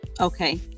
Okay